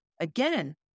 again